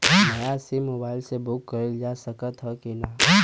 नया SIM mobile से book कइलजा सकत ह कि ना?